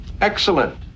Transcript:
Excellent